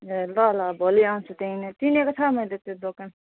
ए ल ल भोलि आउँछु त्यहीँ नै चिनेको छ मैले त्यो दोकान